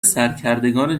سرکردگان